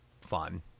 fun